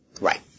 Right